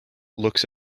looks